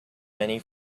many